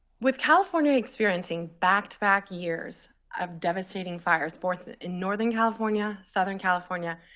with california experiencing back to back years of devastating fires, both in northern california, southern california,